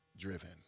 driven